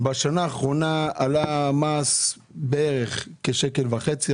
בשנה האחרונה עלה המס כשקל וחצי,